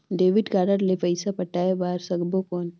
Debit card ले पइसा पटाय बार सकबो कौन?